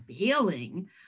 failing